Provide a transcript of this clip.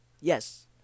yes